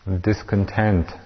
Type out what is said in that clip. discontent